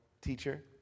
teacher